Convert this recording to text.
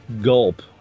gulp